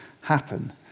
happen